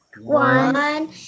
One